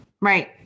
Right